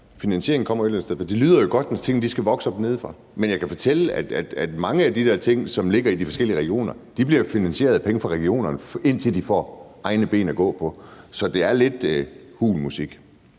finansieringen kommer et eller andet sted fra, og det lyder jo godt, når tingene skal vokse op nedefra, men jeg kan jo fortælle, at mange af de der ting, som ligger i de forskellige regioner, bliver finansieret af penge fra regionerne, indtil de får egne ben at gå på. Så det er lidt hul musik.